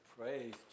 Praise